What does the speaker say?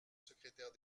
secrétaire